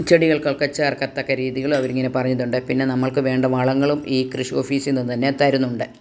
ചെടികൾക്കൊക്കെ ചേർക്കത്തക്കരീതികൾ ആവരിങ്ങനെ പറഞ്ഞിട്ടുണ്ട് പിന്നെ നമ്മൾക്ക് വേണ്ട വളങ്ങളും ഈ കൃഷി ഓഫീസിന്നു തന്നെ തരുന്നുണ്ട്